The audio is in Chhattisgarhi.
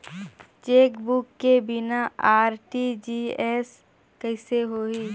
चेकबुक के बिना आर.टी.जी.एस कइसे होही?